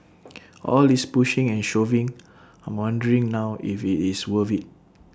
all this pushing and shoving I'm wondering now if IT is worth IT